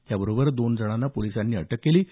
त्याचबरोबर दोन जणांना पोलिसांनी अटक केली आहे